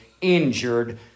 injured